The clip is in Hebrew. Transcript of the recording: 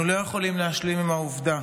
אנחנו לא יכולים להשלים על העלייה